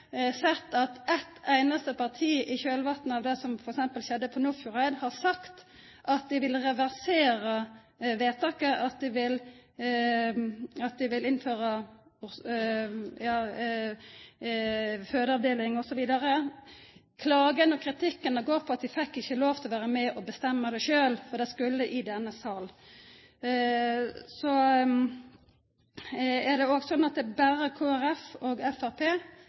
sett at eit einaste parti i kjølvatnet av det som skjedde på Nordfjordeid, har sagt at dei vil reversera vedtaket, at dei vil innføra fødeavdeling. Klagen og kritikken går på at dei ikkje fekk lov til å vera med og bestemma det sjølve. Det skulle i denne salen. Så er det også slik at det er berre Kristeleg Folkeparti og